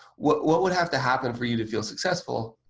what what would have to happen for you to feel successful?